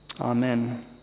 Amen